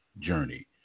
journey